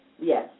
Yes